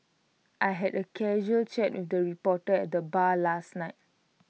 I had A casual chat with A reporter at the bar last night